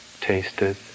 tasted